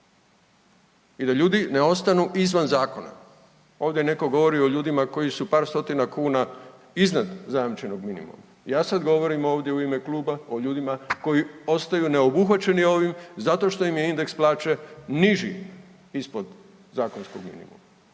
I da ljudi ne ostanu izvan zakona. Ovdje netko govori o ljudima koji su par stotina kuna iznad zajamčenog minimuma. Ja sad govorim ovdje u ime kluba o ljudima koji ostaju neobuhvaćeni ovim zato što im je indeks plaće niži ispod zakonskog minimuma.